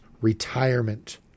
retirement